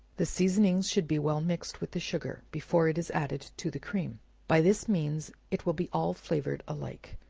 the seasoning should be well mixed with the sugar, before it is added to the cream by this means, it will be all flavored alike.